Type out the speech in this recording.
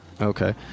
Okay